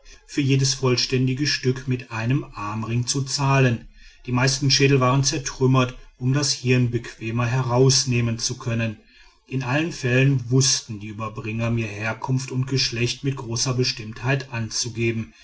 für jedes vollständige stück mit einem großen armring zu zahlen die meisten schädel waren zertrümmert um das hirn bequemer herausnehmen zu können in allen fällen wußten die überbringer mir herkunft und geschlecht mit großer bestimmtheit anzugeben